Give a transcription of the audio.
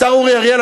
השר אורי אריאל,